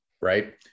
Right